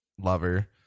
lover